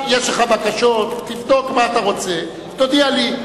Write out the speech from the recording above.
יש לך בקשות, תבדוק מה אתה רוצה, תודיע לי.